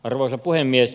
arvoisa puhemies